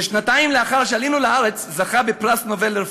ששנתיים לאחר שעלינו לארץ זכה בפרס נובל לרפואה.